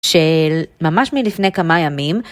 של ממש מלפני כמה ימים.